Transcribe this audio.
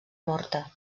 morta